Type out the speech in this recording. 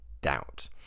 doubt